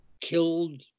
killed